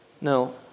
No